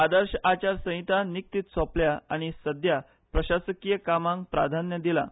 आदर्श आचार संहिता निकतीच सोंपल्या आनी सध्या प्रशासकी कामांक प्राधान्य दिलां